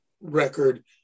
record